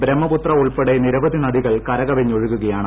ബ്രഹ്മപുരം ഉൾപ്പെടെ നിരവിധി നദികൾ കരകവിഞ്ഞൊഴുകുകയാണ്